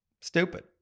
stupid